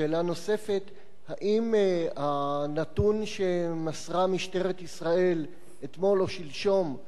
שאלה נוספת: האם הנתון שמסרה משטרת ישראל אתמול או שלשום,